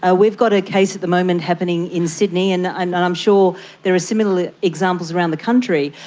ah we've got a case at the moment happening in sydney, and i'm and i'm sure there are similar examples around the country,